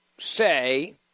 Say